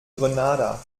grenada